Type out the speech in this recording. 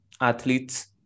athletes